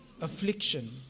affliction